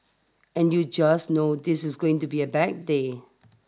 and you just know this is going to be a bad day